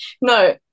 no